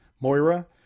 Moira